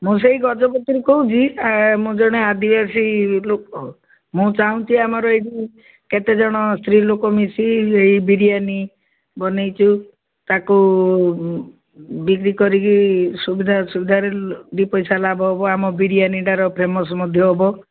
ମୁଁ ସେଇ ଗଜପତିରୁ କହୁଚି ମୁଁ ଜଣେ ଆଦିବାସୀ ଲୋକ ମୁଁ ଚାହୁଁଛୁ ଆମର ଏଇଠି କେତେ ଜଣ ସ୍ତ୍ରୀ ଲୋକ ମିଶି ଏଇ ବିରିୟାନୀ ବନେଇଛୁ ତାକୁ ବିକ୍ରି କରିକି ସୁବିଧା ଅସୁବିଧାରେ ଦୁଇ ପଇସା ଲାଭ ହେବ ଆମ ବିରିୟାନିଟାର ଫେମସ୍ ମଧ୍ୟ ହେବ